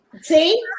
See